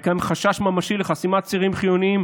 וקיים חשש ממשי לחסימת צירים חיוניים